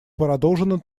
продолжена